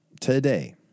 today